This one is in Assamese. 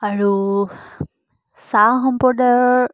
আৰু চাহ সম্প্ৰদায়ৰ